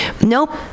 Nope